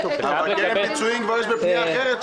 קרן פיצויים כבר יש בפנייה אחרת,